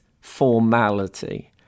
formality